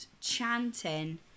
chanting